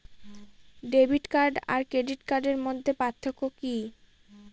Debit card আর credit কার্ডের মধ্যে পার্থক্য কি?